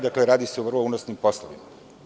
Dakle, radi se o vrlo unosnim poslovima.